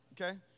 Okay